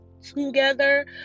Together